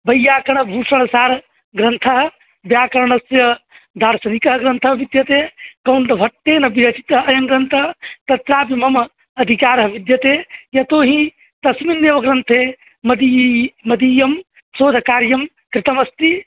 वैयाकरणभूषणसारग्रन्थः व्याकरणस्य दार्शनिकः ग्रन्थः विद्यते कौण्डभट्टेन विरचितः अयं ग्रन्थः तत्रापि मम अधिकरः विद्यते यतोहि तस्मिन्नेव ग्रन्थे मदी मदीयं शोधकार्यं कृतमस्ति